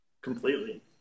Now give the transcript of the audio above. completely